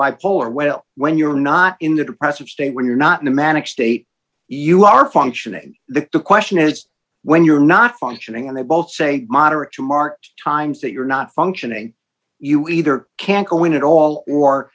bipolar well when you're not in the depressive state when you're not in a manic state you are functioning the question is when you're not functioning and they both say moderate smart times that you're not functioning you either can't go in at all or